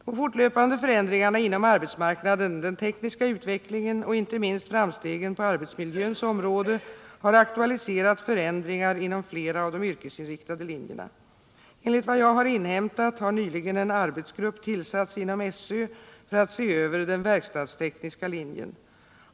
De fortlöpande förändringarna inom arbetsmarknaden, den tekniska utvecklingen och inte minst framstegen på arbetsmiljöns område har aktualiserat förändringar inom flera av de yrkesinriktade linjerna. Enligt vad jag har inhämtat har nyligen en arbetsgrupp tillsatts inom SÖ för att se över den verkstadstekniska linjen.